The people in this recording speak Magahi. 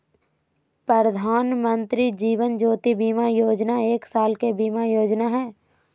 प्रधानमंत्री जीवन ज्योति बीमा योजना एक साल के बीमा योजना हइ